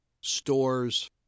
stores